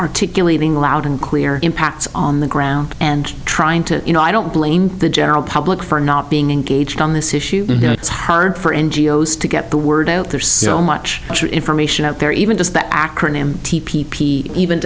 articulating loud and clear impacts on the ground and trying to you know i don't blame the general public for not being engaged on this issue it's hard for n g o s to get the word out there so much information out there even just the acronym t p p even